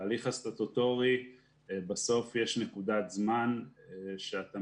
בהליך הסטטוטורי בסוף יש נקודת זמן שאתה